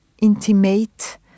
intimate